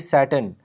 Saturn